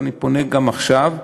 ואני פונה גם עכשיו,